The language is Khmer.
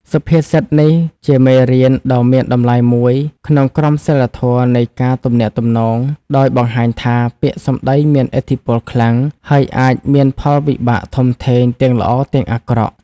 សុភាសិតនេះជាមេរៀនដ៏មានតម្លៃមួយក្នុងក្រមសីលធម៌នៃការទំនាក់ទំនង ដោយបង្ហាញថា ពាក្យសម្ដីមានឥទ្ធិពលខ្លាំង ហើយអាចមានផលវិបាកធំធេងទាំងល្អទាំងអាក្រក់។